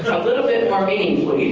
a little bit more meaningful.